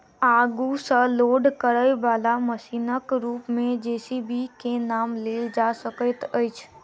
आगू सॅ लोड करयबाला मशीनक रूप मे जे.सी.बी के नाम लेल जा सकैत अछि